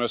Man